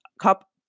cup